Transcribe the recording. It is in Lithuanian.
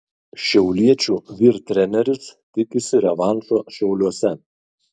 šiauliečių vyr treneris tikisi revanšo šiauliuose